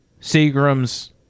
Seagram's